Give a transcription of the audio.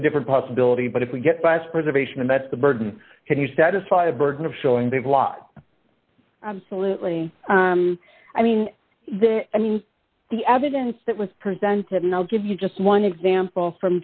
a different possibility but if we get bus preservation and that's the burden can you satisfy the burden of showing people ought absolutely i mean there i mean the evidence that was presented and i'll give you just one example from